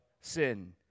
sin